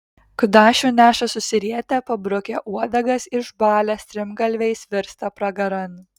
kudašių neša susirietę pabrukę uodegas išbalę strimgalviais virsta pragaran